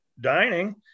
dining